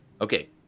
Okay